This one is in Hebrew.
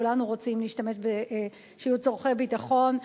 כולנו רוצים שיהיו צורכי ביטחון.